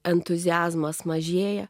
entuziazmas mažėja